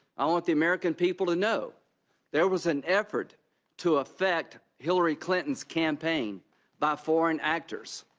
i want the american people to know there was an effort to affect hillary clinton's campaign by foreign actors.